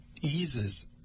eases